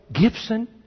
Gibson